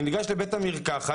כשאני ניגש לבית המרקחת,